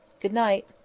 Good-night